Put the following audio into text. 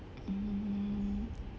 hmm